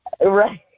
Right